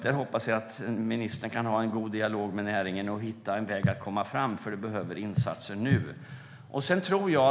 Där hoppas jag att ministern kan ha en god dialog med näringen och hitta en väg att komma fram. Det är nu det behövs insatser.